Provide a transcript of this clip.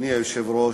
אדוני היושב-ראש,